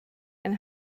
and